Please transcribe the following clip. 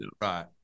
right